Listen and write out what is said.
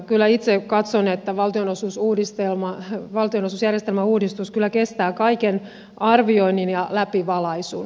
kyllä itse katson että valtionosuusjärjestelmän uudistus kestää kaiken arvioinnin ja läpivalaisun